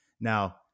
Now